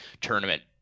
tournament